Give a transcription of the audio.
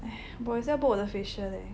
我也是要 book 我的 facial leh